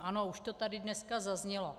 Ano, už to tady dneska zaznělo.